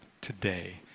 today